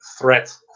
threat